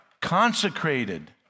consecrated